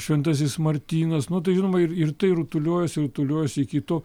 šventasis martynas nu tai žinoma ir ir tai rutuliojosi rutuliojosi iki to